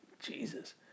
Jesus